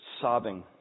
sobbing